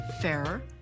fairer